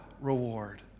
reward